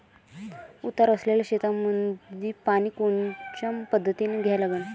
उतार असलेल्या शेतामंदी पानी कोनच्या पद्धतीने द्या लागन?